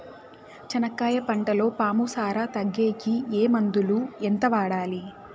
చెనక్కాయ పంటలో పాము సార తగ్గేకి ఏ మందులు? ఎంత వాడాలి?